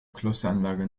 klosteranlage